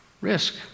risk